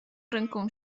ręką